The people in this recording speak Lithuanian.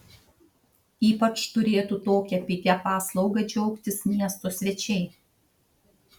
ypač turėtų tokia pigia paslauga džiaugtis miesto svečiai